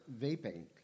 vaping